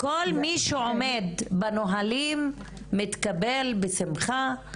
כל מי שעומד בנהלים מתקבל בשמחה,